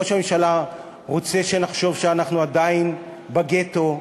ראש הממשלה רוצה שנחשוב שאנחנו עדיין בגטו,